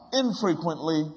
infrequently